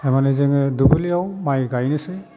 मानि जोङो दुब्लियाव माइ गायनोसै